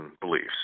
beliefs